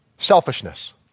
selfishness